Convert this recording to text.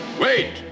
Wait